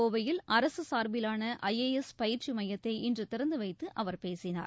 கோவையில் அரசு சார்பிலான ஐ ஏ எஸ் பயிற்சி மையத்தை இன்று திறந்து வைத்து அவர் பேசினார்